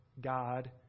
God